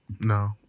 no